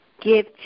give